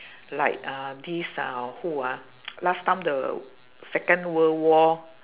like uh this uh who ah last time the second world war